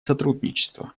сотрудничество